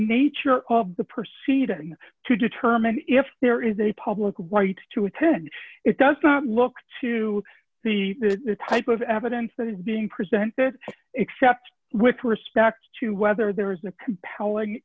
nature of the proceeding to determine if there is a public rights to attend it does not look to the type of evidence that is being presented except with respect to whether there is a compelling